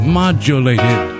modulated